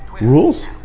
rules